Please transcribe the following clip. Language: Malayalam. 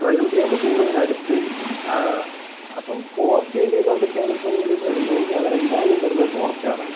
പ്രകൃതിയായിട്ട് കൂടുതലടുത്ത് ആ അപ്പം ഫോറസ്റ്റ് ഏരിയയിലോട്ടൊക്കെയാണിപ്പോൾ ഇവർ വരുന്നെങ്കിൽ അവരെന്തായാലും വരുന്നത് ഫോറസ്റ്റ് കാണാനാണ്